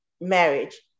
marriage